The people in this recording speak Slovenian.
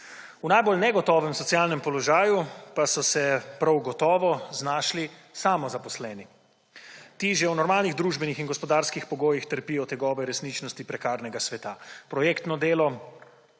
V najbolj negotovem socialnem položaju pa so se prav gotovo znašli samozaposleni. Ti že v normalnih družbenih in gospodarskih pogojih trpijo tegobe resničnosti prekarnega sveta. Projektno delo,